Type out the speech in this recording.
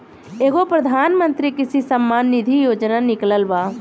एगो प्रधानमंत्री कृषि सम्मान निधी योजना निकलल बा